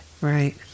Right